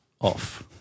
off